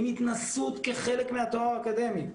עם התנסות כחלק מהתואר האקדמי,